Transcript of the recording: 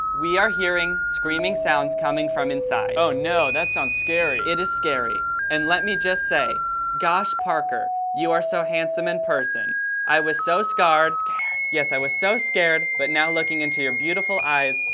we are hearing screaming sounds coming from inside oh, no, that sounds scary. it is scary and let me just say gosh parker you are so handsome in person i was so scarred scared yes. i was so scared. but now looking into your beautiful eyes.